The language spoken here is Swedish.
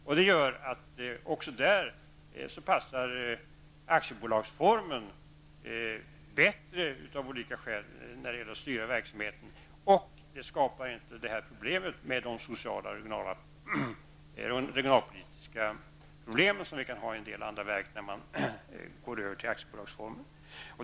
Detta gör att aktiebolagsformen även där av olika skäl passar bättre när det gäller att styra verksamheten, och det skapas inte de sociala och regionalpolitiska problem som kan uppstå vid en övergång till aktiebolagsformen.